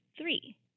three